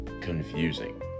confusing